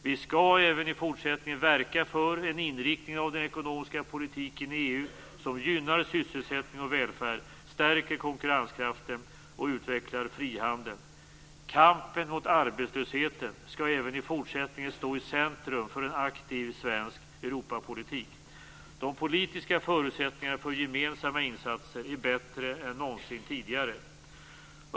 Vi skall även i fortsättningen verka för en inriktning av den ekonomiska politiken i EU som gynnar sysselsättning och välfärd, stärker konkurrenskraften och utvecklar frihandeln. Kampen mot arbetslösheten skall även i fortsättningen stå i centrum för en aktiv svensk Europapolitik. De politiska förutsättningarna för gemensamma insatser är bättre än någonsin tidigare.